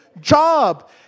job